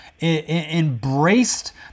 embraced